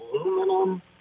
Aluminum